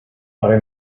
آره